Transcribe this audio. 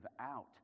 out